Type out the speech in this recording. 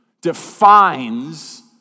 defines